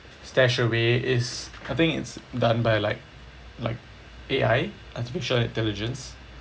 StashAway is I think it's done by like like A_I artificial intelligence